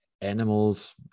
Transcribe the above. animals